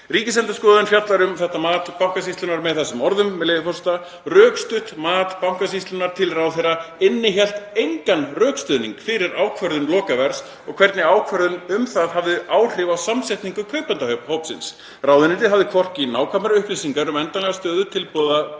Ríkisendurskoðun fjallar um þetta mat Bankasýslunnar með þessum orðum, með leyfi forseta: „Rökstutt mat Bankasýslunnar til ráðherra innihélt engan rökstuðning fyrir ákvörðun lokaverðs eða hvernig ákvörðun um það hafði áhrif á samsetningu kaupendahópsins. Ráðuneytið hafði hvorki nákvæmar upplýsingar um endanlega stöðu